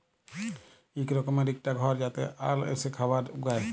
ইক রকমের ইকটা ঘর যাতে আল এসে খাবার উগায়